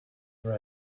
for